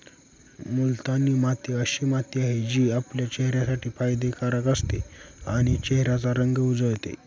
मुलतानी माती अशी माती आहे, जी आपल्या चेहऱ्यासाठी फायदे कारक असते आणि चेहऱ्याचा रंग उजळते